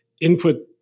input